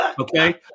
Okay